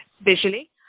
visually